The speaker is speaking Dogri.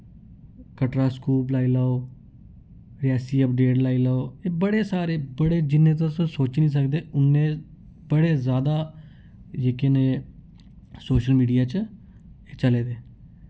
कटरा स्कूप लाई लाओ रियासी अपडेट लाई लाओ एह् बड़े सारे बड़े जिन्ने तुस सोच्ची निं सकदे उन्ने बड़े जैदा जेह्के न ऐ सोशल मीडिया च चले दे